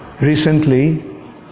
Recently